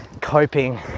coping